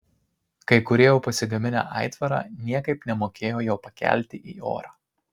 kai kurie jau pasigaminę aitvarą niekaip nemokėjo jo pakelti į orą